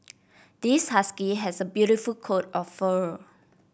this husky has a beautiful coat of fur